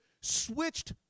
switched